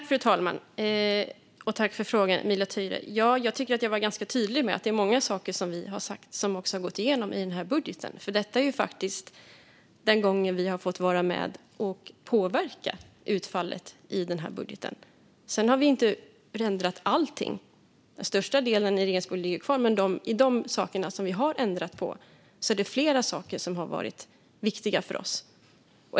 Fru talman! Jag tackar Emilia Töyrä för frågan. Jag tycker att jag var tydlig med att många saker som vi har sagt har gått igenom i budgeten. Det här är den gången vi har fått vara med och påverka utfallet i budgeten. Sedan har vi inte ändrat allt. Den största delen av regeringens budget ligger kvar, men flera av de saker vi har ändrat har varit viktiga för oss.